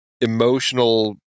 emotional